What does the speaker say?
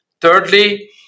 Thirdly